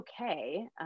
okay